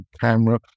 camera